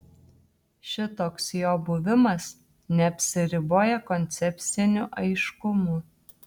šitoks jo buvimas neapsiriboja koncepciniu aiškumu